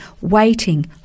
waiting